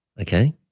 okay